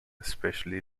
especially